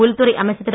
உள்துறை அமைச்சர் திரு